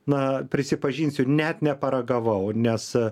na prisipažinsiu net neparagavau nes